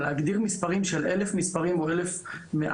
להגדיר מספרים של אלף לקיחות או מעל